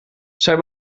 zij